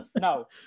No